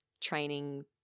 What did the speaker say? training